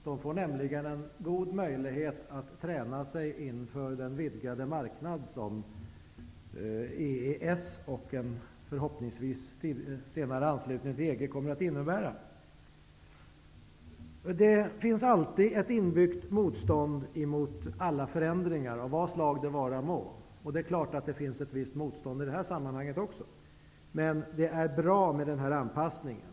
De får nämligen en god möjlighet att träna sig inför den vidgade marknad som EES och en förhoppningsvis senare anslutning till EG kommer att innebära. Det finns alltid ett inbyggt motstånd mot alla förändringar av vad slag de vara må. Det är klart att det finns ett visst motstånd i det här sammanhanget också. Men det är bra med anpassningen.